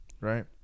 right